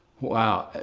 wow,